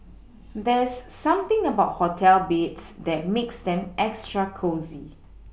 there's something about hotel beds that makes them extra cosy